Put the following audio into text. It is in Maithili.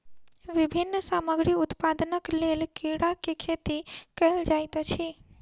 विभिन्न सामग्री उत्पादनक लेल कीड़ा के खेती कयल जाइत अछि